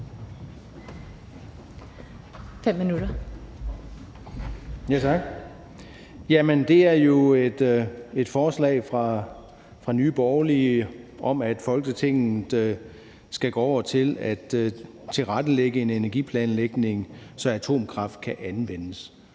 her er jo et forslag fra Nye Borgerlige om, at Folketinget skal gå over til at tilrettelægge energiplanlægningen, så atomkraft kan anvendes.